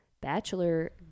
Bachelor